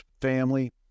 family